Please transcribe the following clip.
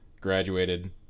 Graduated